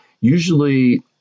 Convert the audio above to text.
usually